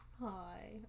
Hi